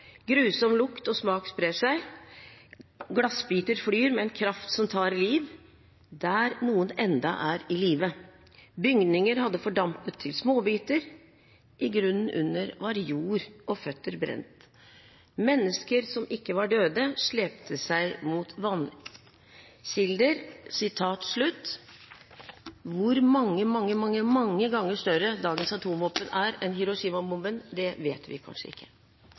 Grusom lukt og smak sprer seg, glassbiter flyr med en kraft som tar liv – der noen ennå er i live. Bygninger hadde fordampet til småbiter. I grunnen under var jord og røtter brent. Mennesker som ikke var døde, slepte seg mot vannkilder. Hvor mange, mange, mange, mange ganger større dagens atomvåpen er enn Hiroshima-bomben, vet vi kanskje ikke.